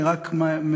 אני רק מתקן,